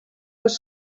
les